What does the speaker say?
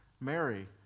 Mary